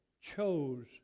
chose